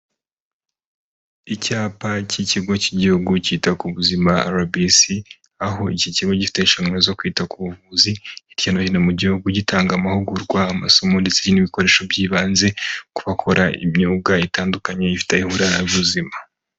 Icyapa k'ikigo cy'igihugu cyita ku buzima RBC aho iki kigo gifite inshingano zo kwita ku buvuzi hirya no hino mu gihugu. Gitanga amahugurwa, amasomo ndetse n'ibikoresho by'ibanze ku bakora imyuga itandukanye ifite aho ihurie n'ubuzima.